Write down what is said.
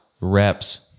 reps